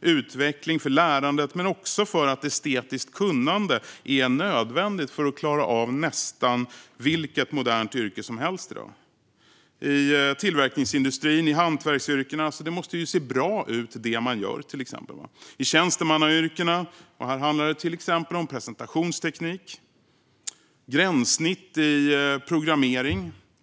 utveckling, för lärandet, men också för att estetiskt kunnande är nödvändigt för att klara av nästan vilket modernt yrke som helst i dag. Det kan vara i tillverkningsindustrin och i hantverksyrkena; det man gör måste se bra ut. Det kan också vara i tjänstemannayrkena. Där handlar det exempelvis om presentationsteknik och gränssnitt i programmering.